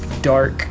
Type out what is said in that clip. dark